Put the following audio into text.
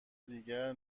دیگر